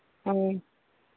हाँ